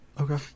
Okay